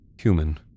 human